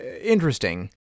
interesting